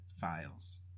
files